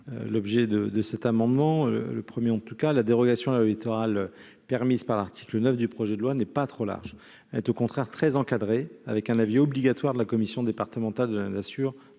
l'objet de l'amendement n° 73 rectifié, la dérogation à la loi Littoral permise par l'article 9 du projet de loi n'est pas trop large : elle est au contraire très encadrée, avec un avis obligatoire de la commission départementale de la nature,